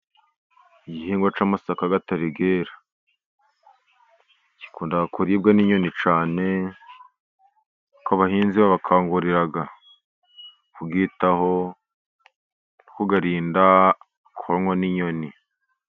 Igihingwa cy'amasaka atari yera, gikunda kuribwa n'inyoni cyane, abahinzi babakangurira kuyitaho kuyarinda konwa n'inyoni.